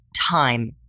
time